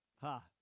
Ha